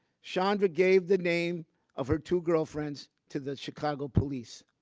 chandra gave the name of her two girlfriends to the chicago police.